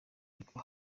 ariko